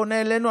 הוא פונה אלינו,